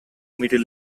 middle